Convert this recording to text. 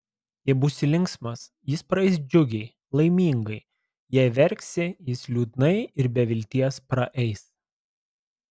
jei būsi linksmas jis praeis džiugiai laimingai jei verksi jis liūdnai ir be vilties praeis